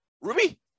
Ruby